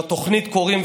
לתוכנית קוראים,